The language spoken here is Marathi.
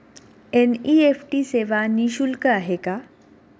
एन.इ.एफ.टी सेवा निःशुल्क आहे का?